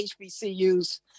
HBCUs